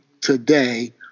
today